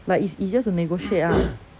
like it's it's just to negotiate ah